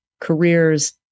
careers